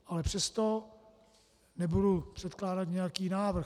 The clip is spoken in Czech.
Ale přesto nebudu předkládat nějaký návrh.